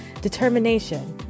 Determination